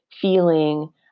feeling